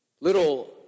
little